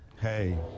hey